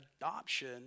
adoption